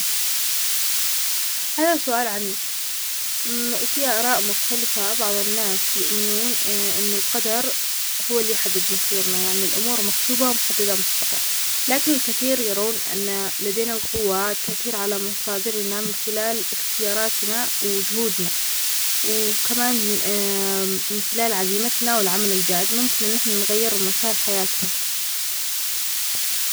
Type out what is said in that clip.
هذا سؤال عميق. وفيه أراء مختلفة. بعض الناس يؤمنون أن القدر هو اللي حدد مصيرنا. يعني الأمور مكتوبة ومحددة مسبقا. لكن الكثير يرون أن لدينا القوي للتأثير على مصادرنا من خلال اختياراتنا وجهودنا. وكمان من خلال عزيمتنا والعمل الجاد ممكن أن نحن نغير مسار حياتنا.